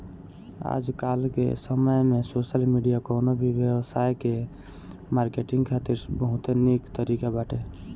आजकाल के समय में सोशल मीडिया कवनो भी व्यवसाय के मार्केटिंग खातिर बहुते निक तरीका बाटे